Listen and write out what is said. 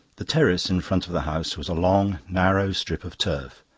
the terrace in front of the house was a long narrow strip of turf,